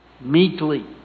meekly